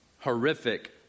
horrific